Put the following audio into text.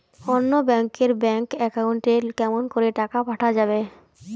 অন্য ব্যাংক এর bank account এ কেমন করে টাকা পাঠা যাবে?